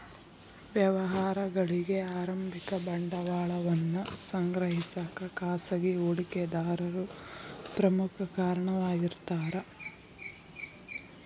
ವ್ಯವಹಾರಗಳಿಗಿ ಆರಂಭಿಕ ಬಂಡವಾಳವನ್ನ ಸಂಗ್ರಹಿಸಕ ಖಾಸಗಿ ಹೂಡಿಕೆದಾರರು ಪ್ರಮುಖ ಕಾರಣವಾಗಿರ್ತಾರ